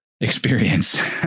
experience